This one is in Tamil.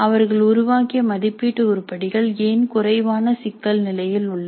அவர்கள் உருவாக்கிய மதிப்பீட்டு உருப்படிகள் ஏன் குறைவான சிக்கல் நிலையில் உள்ளது